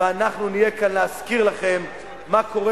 ואנחנו נהיה כאן להזכיר לכם מה קורה